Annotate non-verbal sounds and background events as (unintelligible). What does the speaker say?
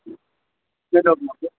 (unintelligible)